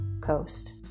coast